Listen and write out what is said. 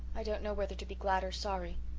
i don't know whether to be glad or sorry.